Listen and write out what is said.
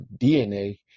DNA